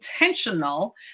intentional